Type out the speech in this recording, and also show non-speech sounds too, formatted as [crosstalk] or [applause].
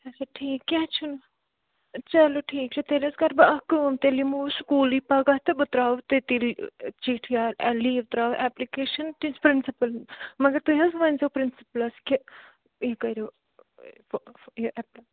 اَچھا ٹھیٖک کیٚنٛہہ چھُنہٕ چَلو ٹھیٖک تیٚلہِ حظ کر بہٕ اکھ کٲم تیٚلہِ یِمو أسۍ سُکوٗلٕے پگاہ تہٕ بہٕ ترٛاو تَتی چِٹھ یا لیٖو ترٛاو اٮ۪پلِکیٚشن [unintelligible] پرنٛسِپٕل مگر تُہۍ حظ ؤنزیو پرنٛسِپٕلس کہِ یہِ کٔرِو یہِ